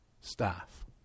staff